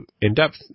in-depth